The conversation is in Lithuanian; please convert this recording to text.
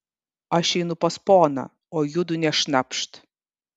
aš einu pas poną o judu nė šnapšt